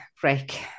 break